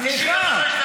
סליחה, סליחה.